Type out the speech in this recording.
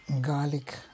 garlic